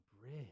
bridge